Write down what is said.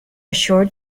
short